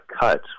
cut